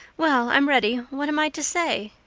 well, i'm ready. what am i to say?